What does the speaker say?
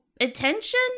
attention